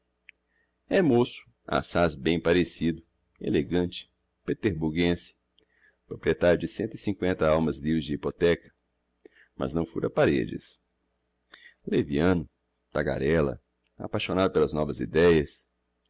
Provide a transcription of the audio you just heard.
é môço assás bem parecido elegante peterburguense proprietario de cento e cincoenta almas livres de hypotheca mas não fura paredes leviano tagarélla apaixonado pelas novas ideias